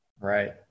Right